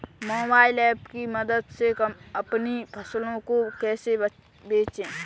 Mobile app की मदद से अपनी फसलों को कैसे बेचें?